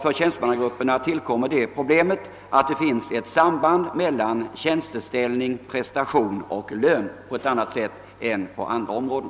För tjänstemannagrupperna tillkommer det förhållandet, att det för tjänstemännen på ett helt annat sätt än för andra finns ett samband mellan tjänsteställning, prestation och lön.